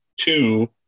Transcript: two